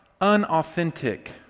unauthentic